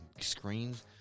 screens